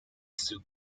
sue